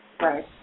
Right